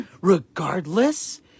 regardless